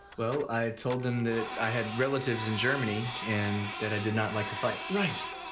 well i told them that i had relatives in germany and that i did not like to fight. right.